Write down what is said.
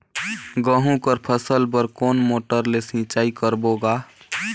गहूं कर फसल बर कोन मोटर ले सिंचाई करबो गा?